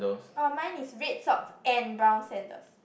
orh mine is red socks and brown sandals